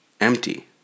empty